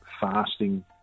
fasting